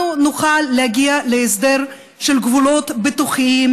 אנחנו נוכל להגיע להסדר של גבולות בטוחים,